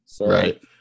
Right